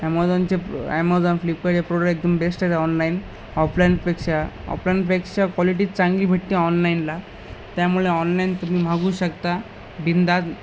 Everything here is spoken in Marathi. ॲमेझॉनचे प ॲमेझॉन फ्लिपकार्टचे प्रोडक्ट एकदम बेस्ट आहेत ऑनलाईन ऑफलाईनपेक्षा ऑफलाईनपेक्षा क्वालिटीच चांगली भेटते ऑनलाईनला त्यामुळे ऑनलाईन तुम्ही मागू शकता बिनधास्त